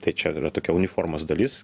tai čia yra tokia uniformos dalis